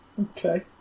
Okay